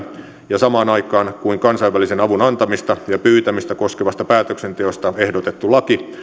ja samaan aikaan kuin kansainvälisen avun antamista ja pyytämistä koskevasta päätöksenteosta ehdotettu laki